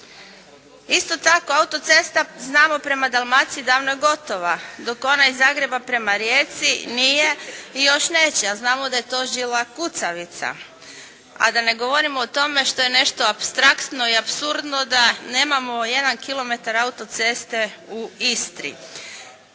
Isto tako auto-cesta znamo prema Dalmaciji davno je gotova. Dok ona iz Zagreba prema Rijeci nije i još neće, a znamo da je to žila kucavica. A da ne govorimo o tome što je nešto apstraktno i apsurdno da nemamo jedan kilometar auto-ceste u Istri.